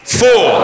four